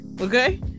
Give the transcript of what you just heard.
okay